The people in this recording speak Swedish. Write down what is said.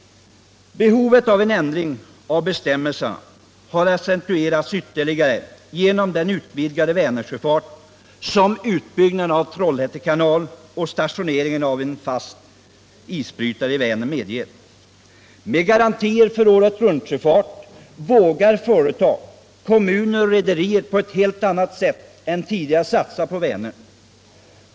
Behovet av en ändring av bestämmelserna har accentuerats ytterligare genom den utvidgade Vänersjöfart som utbyggnaden av Trollhätte kanal och stationeringen av en fast isbrytare i Vänern medger. Med garantier för åretruntsjöfart vågar företag, kommuner och rederier på ett helt annat sätt än tidigare satsa på Vänern.